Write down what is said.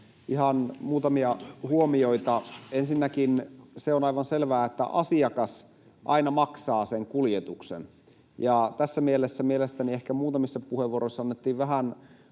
ihan muutamia huomioita. Ensinnäkin on aivan selvää, että asiakas aina maksaa sen kuljetuksen. Ja tässä mielessä mielestäni ehkä muutamissa puheenvuoroissa annettiin vähän